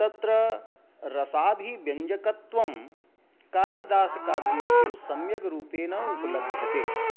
तत्र रसाभिव्यञ्जकत्वं कालिदासकाव्येसु सम्यक् रूपेण उपलभ्यते